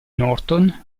norton